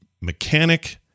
mechanic